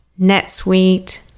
NetSuite